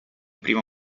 primo